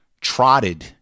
trotted